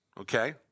okay